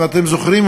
אם אתם זוכרים,